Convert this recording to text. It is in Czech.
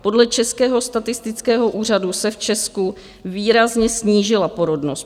Podle Českého statistického úřadu se v Česku výrazně snížila porodnost.